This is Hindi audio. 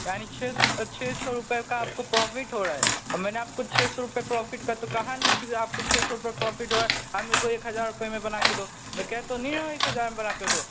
यानि छः स छः सौ रुपये का आपको प्रॉफ़िट हो रहा है मैंने आपको छः सौ रुपये प्रॉफ़िट का तो कहा नहीं की भाई आपको छः सौ रुपये प्रॉफ़िट हुआ है आप मेरे को एक हजार रुपये में बना कर दो मैं कह तो नहीं रहा हूँ एक हजार में बनाकर दो